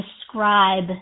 describe